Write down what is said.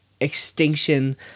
extinction